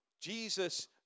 Jesus